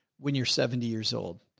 when you're seventy years old.